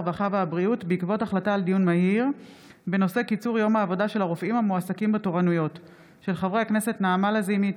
הרווחה והבריאות בעקבות דיון מהיר בהצעתם של חברי הכנסת נעמה לזימי,